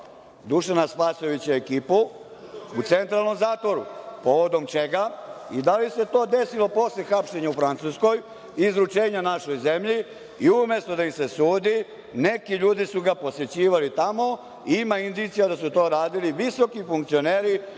Dušana Spasojevića i ekipu u centralnom zatvoru, povodom čega, i da li se to desilo posle hapšenja u Francuskoj i izručenja našoj zemlji i, umesto da im se sudi, neki ljudi su ga posećivali tamo. Ima indicija da su to radili visoki funkcioneri